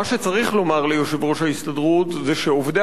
מה שצריך לומר ליושב-ראש ההסתדרות זה שעובדי